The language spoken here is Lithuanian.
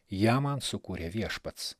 ją man sukūrė viešpats